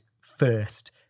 first